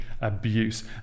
abuse